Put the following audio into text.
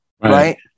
right